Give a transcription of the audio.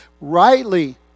Rightly